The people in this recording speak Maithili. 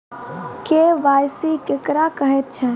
के.वाई.सी केकरा कहैत छै?